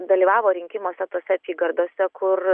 dalyvavo rinkimuose tose apygardose kur